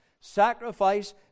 sacrifice